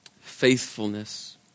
faithfulness